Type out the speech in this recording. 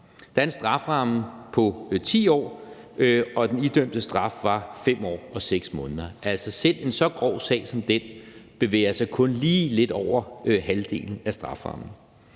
Der er en strafferamme på 10 år, og den idømte straf var 5 år og 6 måneder. Selv en så grov sag som den bevæger sig kun lige lidt op over halvdelen af strafferammen.